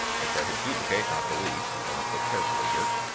make sure i had duplicate, not delete, want to click carefully here.